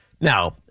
Now